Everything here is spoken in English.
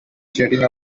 jetting